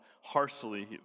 harshly